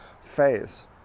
phase